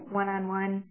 one-on-one